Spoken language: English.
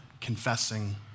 confessing